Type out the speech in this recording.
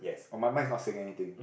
oh my mind is not saying anything